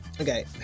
Okay